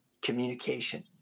communication